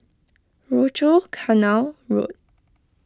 Rochor Canal Road